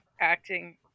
acting